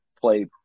play